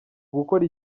ugukora